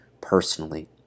personally